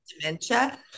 dementia